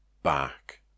Back